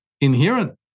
inherent